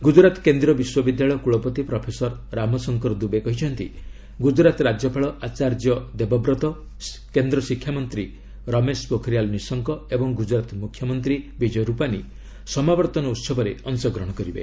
ଗୁଜୁରାତ କେନ୍ଦ୍ରୀୟ ବିଶ୍ୱବିଦ୍ୟାଳୟ କୁଳପତି ପ୍ରଫେସର ରାମଶଙ୍କର ଦୁବେ କହିଛନ୍ତି ଗୁଜୁରାତ ରାଜ୍ୟପାଳ ଆଚାର୍ଯ୍ୟ ଦେବବ୍ରତ କେନ୍ଦ୍ର ଶିକ୍ଷାମନ୍ତୀ ରମେଶ ପୋଖରିଆଲ ନିଶଙ୍କ ଓ ଗୁଳୁରାତ ମୁଖ୍ୟମନ୍ତ୍ରୀ ବିଜୟ ରୂପାନି ସମାବର୍ତ୍ତନ ଉତ୍ସବରେ ଅଂଶଗ୍ରହଣ କରିବେ